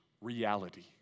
reality